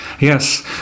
Yes